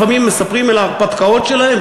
לפעמים מספרים על ההרפתקאות שלהם,